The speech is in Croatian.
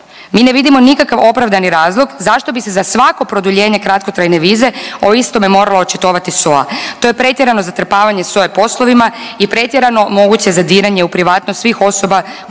Mi ne vidimo nikakav opravdani razlog zašto bi se za svako produljenje kratkotrajne vize o istome morala očitovati SOA. To je pretjerano zatrpavanje SOA-e poslovima i pretjerano moguće zadiranje u privatnost svih osoba